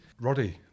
Roddy